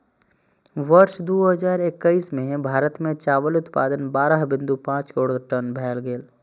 वर्ष दू हजार एक्कैस मे भारत मे चावल उत्पादन बारह बिंदु पांच करोड़ टन भए गेलै